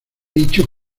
dicho